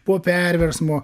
po perversmo